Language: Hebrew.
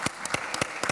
(מחיאת כפיים) קֶסֶנֶם.